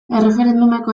erreferendumeko